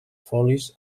folis